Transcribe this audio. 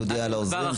תודיע לעוזרים.